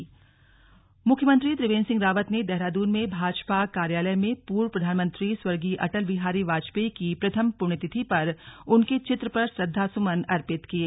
slug Atal श्रद्धांजलि प्रदेश मुख्यमंत्री त्रिवेन्द्र सिंह रावत ने देहरादून में भाजपा कार्यालय में पूर्व प्रधानमंत्री स्वर्गीय अटल बिहारी वाजपेयी की प्रथम पुण्य तिथि पर उनके चित्र पर श्रद्वा सुमन अर्पित किये